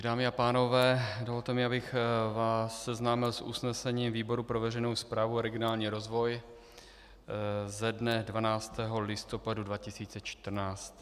Dámy a pánové, dovolte mi, abych vás seznámil s usnesením výboru pro veřejnou správu a regionální rozvoj ze dne 12. listopadu 2014.